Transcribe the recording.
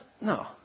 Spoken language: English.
No